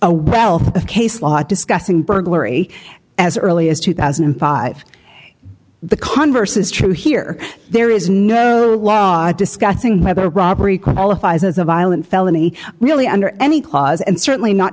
a wealth of case law discussing burglary as early as two thousand and five the converse is true here there is no law discussing whether a robbery qualifies as a violent felony really under any clause and certainly not